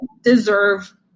deserve